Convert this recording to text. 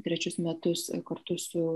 trečius metus kartu su